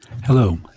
Hello